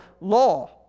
law